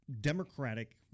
democratic